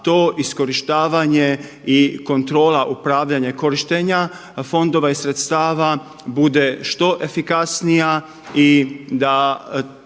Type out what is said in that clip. to iskorištavanje i kontrola upravljanja korištenja fondova i sredstava bude što efikasnija i da